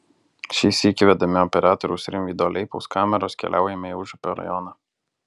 šį sykį vedami operatoriaus rimvydo leipaus kameros keliaujame į užupio rajoną